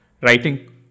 writing